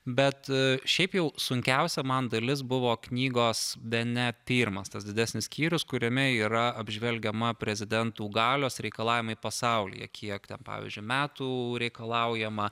bet šiaip jau sunkiausia man dalis buvo knygos bene pirmas tas didesnis skyrius kuriame yra apžvelgiama prezidentų galios reikalavimai pasaulyje kiek ten pavyzdžiui metų reikalaujama